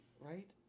Right